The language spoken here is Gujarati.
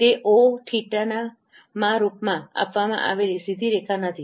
તે ઓહρ થીટાθમાં રૂપમાં આપવામાં આવેલી સીધી રેખા નથી